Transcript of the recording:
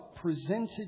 presented